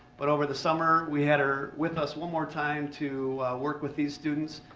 but over the summer, we had her with us one more time to work with these students.